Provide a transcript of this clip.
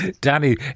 Danny